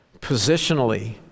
positionally